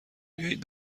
بیایید